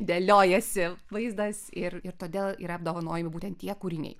dėliojasi vaizdas ir ir todėl yra apdovanojami būtent tie kūriniai